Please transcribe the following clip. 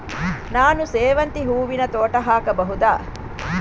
ನಾನು ಸೇವಂತಿ ಹೂವಿನ ತೋಟ ಹಾಕಬಹುದಾ?